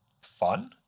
fun